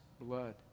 blood